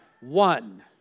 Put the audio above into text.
One